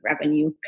revenue